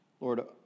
Lord